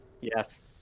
Yes